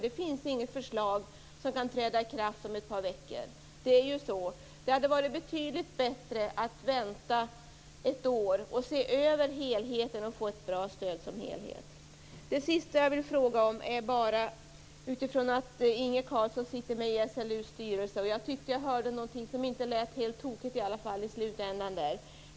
Det finns inget förslag som kan träda i kraft om ett par veckor. Det är ju så .Det hade varit betydligt bättre att vänta ett år och se över helheten för att få ett bra stöd som helhet. Carlsson sitter med i SLU:s styrelse. Jag tyckte att jag hörde något som inte lät helt tokigt i slutändan.